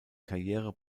karriere